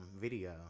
video